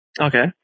Okay